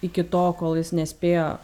iki tol kol jis nespėjo